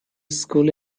school